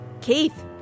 Keith